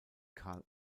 karl